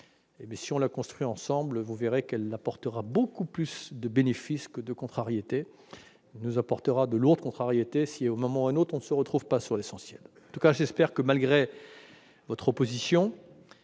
grande mutation, vous verrez qu'elle apportera beaucoup plus de bénéfices que de contrariétés ;, elle nous apportera de lourdes contrariétés, si à un moment ou à un autre, nous ne nous retrouvons pas sur l'essentiel. En tout cas, j'espère que, malgré votre opposition,